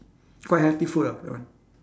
quite healthy food ah that one